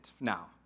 now